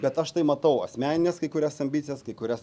bet aš tai matau asmenines kai kurias ambicijas kai kurias